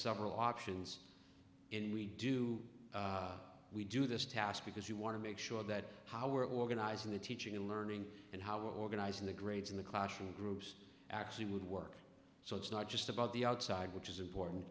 several options and we do we do this task because you want to make sure that how we're organizing the teaching and learning and how organizing the grades in the classroom groups actually would work so it's not just about the outside which is important